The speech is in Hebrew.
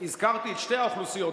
הזכרתי את שתי האוכלוסיות.